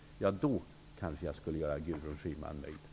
Med sådan information skulle jag kanske göra